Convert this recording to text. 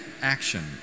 action